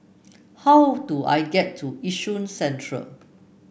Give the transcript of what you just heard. how do I get to Yishun Central